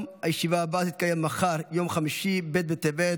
אדוני היושב-ראש.